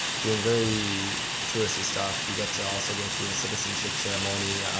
doing very touristy stuff. you get to also go through a citizenship ceremony.